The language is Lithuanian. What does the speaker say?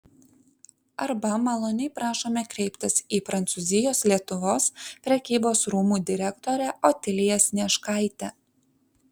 arba maloniai prašome kreiptis į prancūzijos lietuvos prekybos rūmų direktorę otiliją snieškaitę